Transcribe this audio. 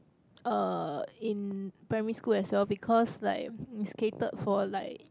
uh in primary school as well because like is catered for like